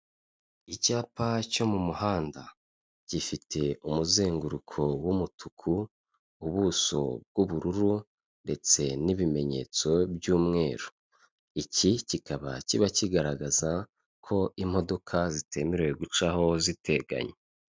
Icyapa cyo mu muhanda gifite umuzenguruko w'umutuku ubuso bw'ubururu ndetse n'ibimenyetso by'umweru iki kikaba kiba kigaragaza ko imodoka zitemerewe gucaho ziteganye.